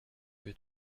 que